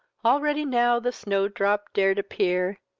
already now the snow-drop dar'd appear,